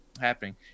happening